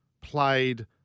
played –